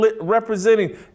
representing